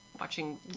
Watching